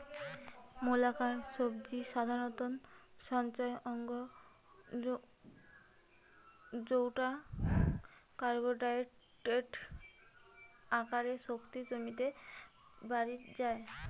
মূলাকার সবজি সাধারণত সঞ্চয় অঙ্গ জউটা কার্বোহাইড্রেটের আকারে শক্তি জমিতে বাড়ি যায়